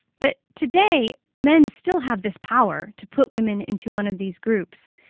but today, men still have this power to put women into one of these groups.